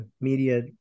media